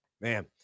Man